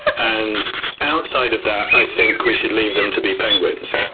and outside of that, i think we should leave them to be penguins.